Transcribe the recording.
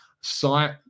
site